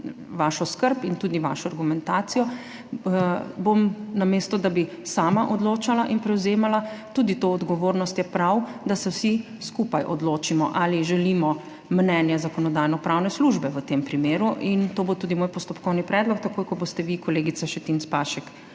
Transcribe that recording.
vašo skrb in tudi vašo argumentacijo, je, namesto da bi sama odločala in prevzemala tudi to odgovornost, prav, da se vsi skupaj odločimo, ali želimo mnenje Zakonodajno-pravne službe v tem primeru. To bo tudi moj postopkovni predlog, takoj ko boste vi, kolegica Šetinc Pašek